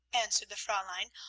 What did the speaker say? answered the fraulein,